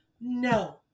No